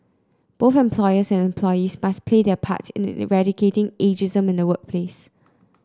both employers and employees must play their part in eradicating ageism in the workplace